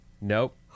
nope